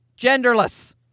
Genderless